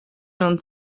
non